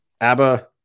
ABBA